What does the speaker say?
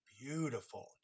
beautiful